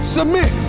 Submit